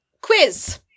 quiz